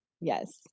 Yes